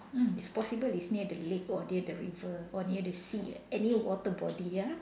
mm if possible is near the lake or near the river or near the sea any water body ya